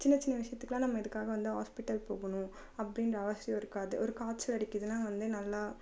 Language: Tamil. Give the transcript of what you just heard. சின்ன சின்ன விஷியத்துக்கெலாம் நம்ம இதுக்காக வந்து ஹாஸ்பிட்டல் போகணும் அப்படின்ற அவசியம் இருக்காது ஒரு காய்ச்சல் அடிக்குதுனால் வந்து நல்லா